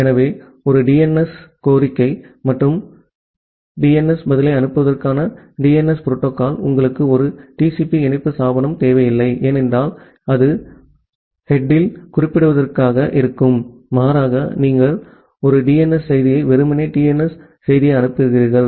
எனவே ஒரு டிஎன்எஸ் கோரிக்கை மற்றும் டிஎன்எஸ் பதிலை அனுப்புவதற்கான டிஎன்எஸ் புரோட்டோகால் உங்களுக்கு ஒரு டிசிபி இணைப்பு ஸ்தாபனம் தேவையில்லை ஏனென்றால் அது ஹெட்யில் குறிப்பிடத்தக்கதாக இருக்கும் மாறாக நீங்கள் ஒரு டிஎன்எஸ் செய்தியை வெறுமனே டிஎன்எஸ் செய்தியை அனுப்புகிறீர்கள்